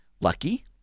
Lucky